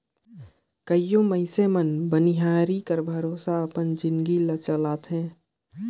कइयो मइनसे मन बनिहारी कर भरोसा अपन जिनगी ल चलाथें